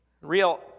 Real